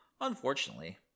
Unfortunately